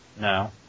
No